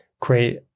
create